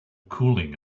cooling